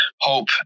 hope